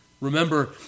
Remember